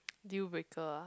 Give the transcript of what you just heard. deal breaker ah